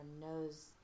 knows